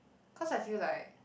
cause I feel like